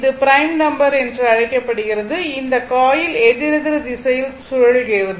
இது prime number என்று அழைக்கப்படுகிறது இந்த காயில் எதிரெதிர் திசையில் சுழல்கிறது